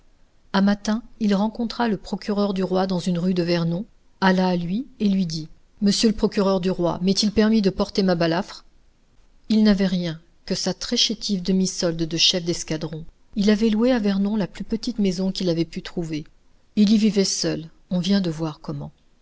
un matin il rencontra le procureur du roi dans une rue de vernon alla à lui et lui dit monsieur le procureur du roi m'est-il permis de porter ma balafre il n'avait rien que sa très chétive demi-solde de chef d'escadron il avait loué à vernon la plus petite maison qu'il avait pu trouver il y vivait seul on vient de voir comment